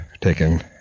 taken